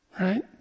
right